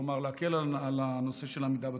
כלומר להקל על הנושא של עמידה בתור.